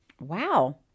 Wow